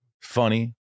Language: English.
funny